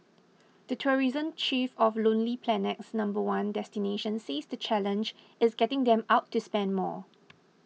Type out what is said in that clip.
the tourism chief of Lonely Planet's number one destination says the challenge is getting them out to spend more